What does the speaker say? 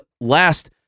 last